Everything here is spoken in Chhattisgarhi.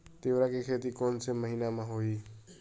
तीवरा के खेती कोन से महिना म होही?